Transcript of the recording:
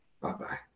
Bye-bye